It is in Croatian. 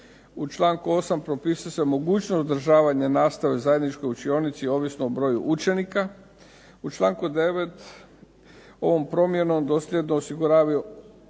U članku 8. propisuje se mogućnost održavanja nastave u zajedničkoj učionici ovisno o broju učenika. U članku 9. ovom promjenom dosljedno osiguravaju